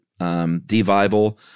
devival